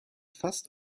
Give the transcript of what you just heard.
fast